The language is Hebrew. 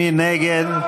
מי נגד?